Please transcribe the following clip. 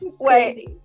Wait